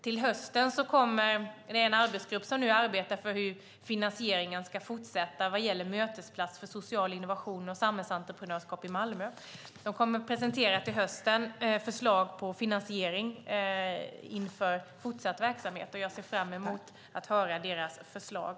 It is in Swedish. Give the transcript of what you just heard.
Till hösten kommer den arbetsgrupp som nu arbetar med hur finansieringen ska fortsätta vad gäller Mötesplats för social innovation och samhällsentreprenörskap i Malmö att presentera ett förslag. Jag ser fram emot att ta del av deras förslag.